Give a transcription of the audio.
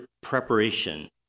preparation